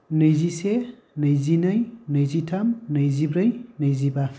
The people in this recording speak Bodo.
नैजिसे नैजिनै नैजिथाम नैजिब्रै नैजिबा